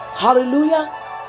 Hallelujah